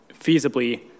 feasibly